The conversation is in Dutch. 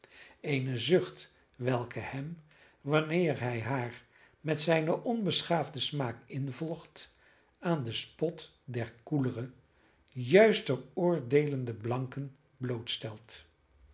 eene zucht welke hem wanneer hij haar met zijnen onbeschaafden smaak involgt aan den spot der koelere juister oordeelende blanken